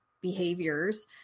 behaviors